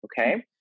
okay